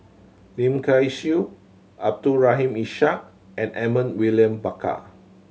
Lim Kay Siu Abdul Rahim Ishak and Edmund William Barker